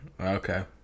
Okay